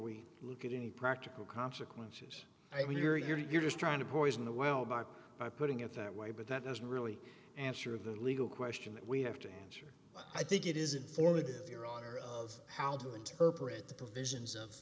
we look at any practical consequences i mean you're you're you're just trying to poison the well by by putting it that way but that doesn't really answer the legal question that we have to change i think it is in florida your honor of how to interpret the provisions of